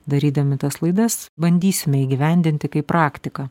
darydami tas laidas bandysime įgyvendinti kaip praktiką